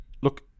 look